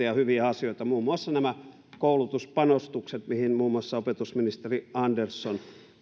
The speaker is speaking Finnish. ja hyviä asioita muun muassa nämä koulutuspanostukset mihin muun muassa opetusministeri andersson